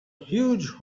huge